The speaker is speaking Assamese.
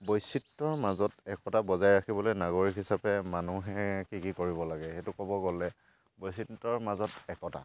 বৈচিত্ৰৰ মাজত একতা বজাই ৰাখিবলৈ নাগৰিক হিচাপে মানুহে কি কি কৰিব লাগে সেইটো ক'বলৈ গ'লে বৈচিত্ৰৰ মাজত একতা